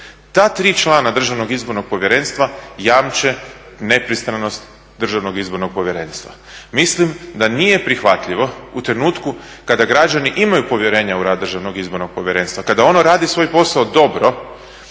Ta 3 člana Državnog izbornog povjerenstva jamče nepristranost Državnog izbornog povjerenstva. Mislim da nije prihvatljivo u trenutku kada građani imaju povjerenja u rad Državnog izbornog povjerenstva, kada ono radi svoj posao dobro,